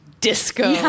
disco